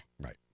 Right